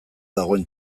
dagoen